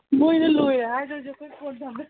ꯅꯣꯏꯅ ꯂꯣꯏꯔꯦ ꯍꯥꯏꯗ꯭ꯔꯁꯨ ꯑꯩꯈꯣꯏ ꯐꯣꯟ ꯊꯝꯃꯦ